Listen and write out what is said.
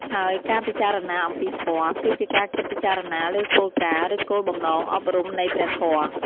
ហើយការពិចារណាអំពីធម៌ គឺជាការគិតពិចារណាលើគោលការណ៍ ឬគោលបំណងអប់រំនៃព្រះធម៌។